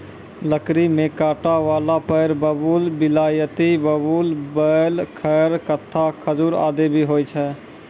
लकड़ी में कांटा वाला पेड़ बबूल, बिलायती बबूल, बेल, खैर, कत्था, खजूर आदि भी होय छै